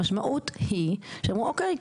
המשמעות היא שאמרו: אוקיי,